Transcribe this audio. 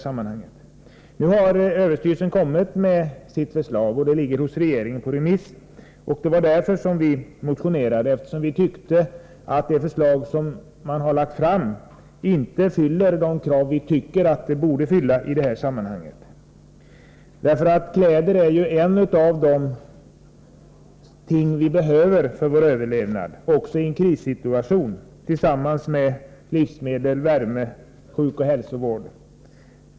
Överstyrelsen har nu presenterat sitt förslag, som ligger hos regeringen och är ute på remiss. Vi motionerade i frågan eftersom vi tyckte att förslaget inte uppfyller de krav som vi anser bör uppfyllas inom det här området. Kläder — tillsammans med livsmedel, värme och sjukoch hälsovård — är ju något vi i en krissituation behöver för vår överlevnad.